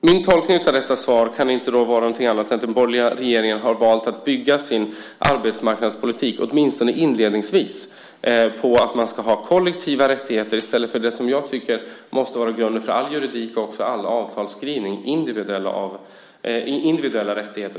Min tolkning av detta svar kan inte vara någonting annat än att den borgerliga regeringen har valt att bygga sin arbetsmarknadspolitik, åtminstone inledningsvis, på att man ska ha kollektiva rättigheter i stället för det som jag tycker måste vara grunden för all juridik och även all avtalsskrivning, individuella rättigheter.